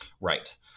Right